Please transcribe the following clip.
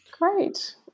great